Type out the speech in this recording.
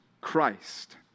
Christ